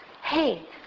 hey